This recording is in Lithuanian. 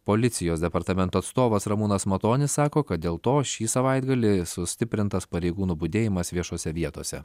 policijos departamento atstovas ramūnas matonis sako kad dėl to šį savaitgalį sustiprintas pareigūnų budėjimas viešose vietose